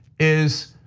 is.